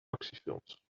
actiefilms